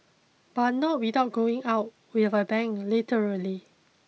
but not without going out with a bang literally